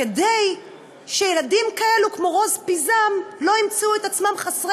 כדי שילדים כמו רוז פיזם לא ימצאו את עצמם חסרי